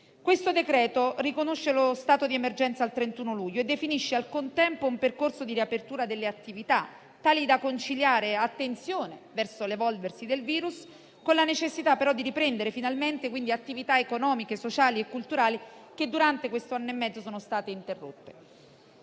Questo decreto riconosce lo stato di emergenza al 31 luglio e definisce, al contempo, un percorso di riapertura delle attività, tali da conciliare l'attenzione verso l'evolversi del virus con la necessità però di riprendere attività economiche, sociali e culturali che durante questo anno e mezzo sono state interrotte.